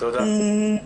שוב,